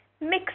mix